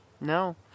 no